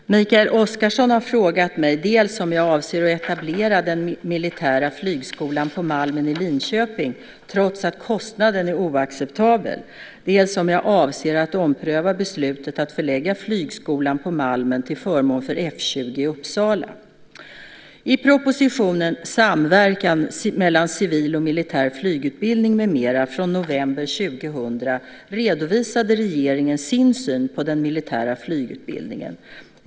Herr talman! Mikael Oscarsson har frågat mig dels om jag avser att etablera den militära flygskolan på Malmen i Linköping trots att kostnaden är oacceptabel, dels om jag avser att ompröva beslutet att förlägga flygskolan på Malmen till förmån för F 20 i Uppsala. I propositionen Samverkan mellan civil och militär flygutbildning m.m. från november 2000, redovisade regeringen sin syn på den militära flygutbildningen .